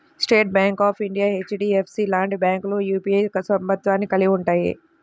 state bank of India, HDFC లాంటి బ్యాంకులు UPI సభ్యత్వాన్ని కలిగి ఉంటయ్యి